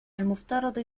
المفترض